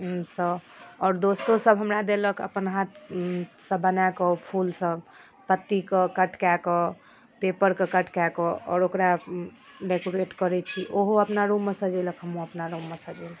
सँ आओर दोस्तोसब हमरा देलक अपन हाथसँ बनाकऽ फूलसब पत्तीके कट कऽ कऽ पेपरके कट कऽ कऽ आओर ओकरा डेकोरेट करै छी ओहो अपना रूममे सजेलक हमहूँ अपना रूममे सजेलहुँ